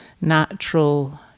natural